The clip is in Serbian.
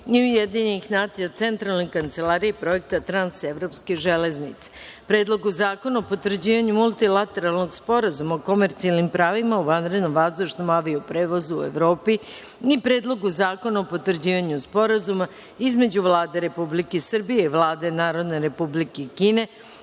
i Ujedinjenih nacija o Centralnoj kancelariji Projekta Trans-evropske železnice; Predlogu zakona o potvrđivanju Multilateralnog sporazuma o komercijalnim pravima u vanrednom vazdušnom avio-prevozu u Evropi i Predlogu zakona o potvrđivanju Sporazuma između Vlade Republike Srbije i Vlade Narodne Republike Kine